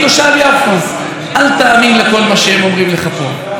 תושב יפו: אל תאמין לכל מה שהם אומרים לך פה,